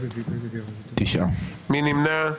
מי נמנע?